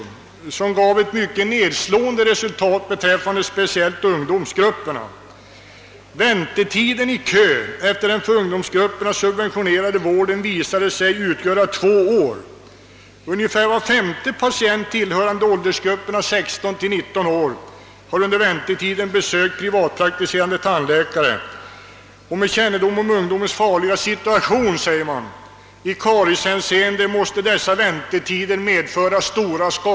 Utredningen gav ett mycket nedslående resultat. Väntetiden i kö efter den för ungdomsgrupperna subventionerade vården visade sig utgöra två år. Ungefär var femte patient tillhörande åldersgrupperna 16—19 år hade under väntetiden besökt privatpraktiserande tandläkare. Med kännedom om ungdomens farliga situation i karieshänseende måste dessa väntetider medföra stora skador.